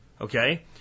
Okay